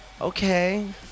Okay